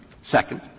second